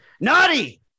naughty